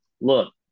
Look